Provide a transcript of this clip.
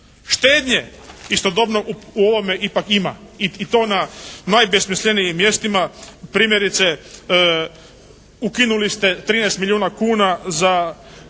Štednje istodobno u ovome ipak ima i to na najbesmislenijim mjestima. Primjerice ukinuli ste 13 milijuna kuna za